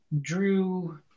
drew